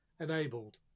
enabled